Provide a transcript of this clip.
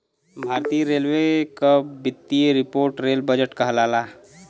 भारतीय रेलवे क वित्तीय रिपोर्ट रेल बजट कहलाला